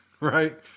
Right